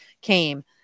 came